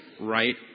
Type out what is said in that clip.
right